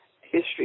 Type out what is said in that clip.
history